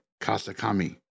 Kasakami